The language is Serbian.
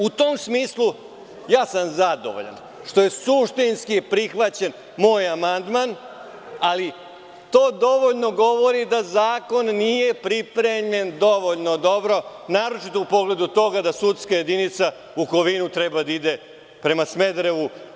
U tom smislu zadovoljan sam što je suštinski prihvaćen moj amandman, ali to dovoljno govori da zakon nije pripremljen dovoljno dobro, naročito u pogledu toga da sudska jedinica u Kovinu treba da ide prema Smederevu.